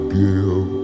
give